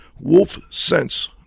wolfsense